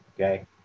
okay